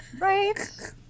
right